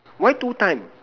why two time